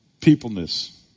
peopleness